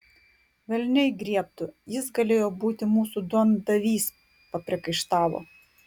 velniai griebtų jis galėjo būti mūsų duondavys papriekaištavo